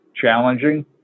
challenging